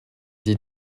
dix